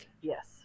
Yes